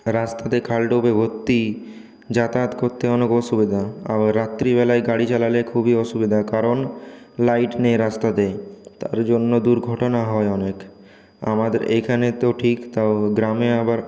রাস্তাতে খাল ডোবে ভর্তি যাতায়াত করতে অনেক অসুবিধা আবার রাত্রিবেলায় গাড়ি চালালে খুবই অসুবিধা কারণ লাইট নেই রাস্তাতে তার জন্য দুর্ঘটনা হয় অনেক আমাদের এখানে তো ঠিক তাও গ্রামে আবার